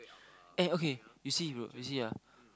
eh okay we see bro you see ah